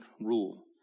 rule